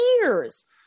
years